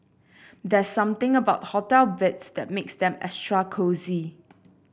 there's something about hotel beds that makes them extra cosy